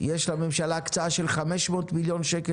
יש לממשלה הקצאה של חמש מאות מיליון שקל